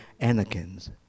Anakins